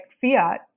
fiat